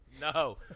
no